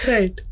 Right